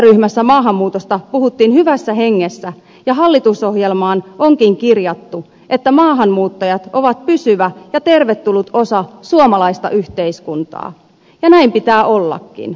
työryhmässä maahanmuutosta puhuttiin hyvässä hengessä ja hallitusohjelmaan onkin kirjattu että maahanmuuttajat ovat pysyvä ja tervetullut osa suomalaista yhteiskuntaa ja näin pitää ollakin